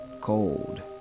cold